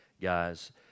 guys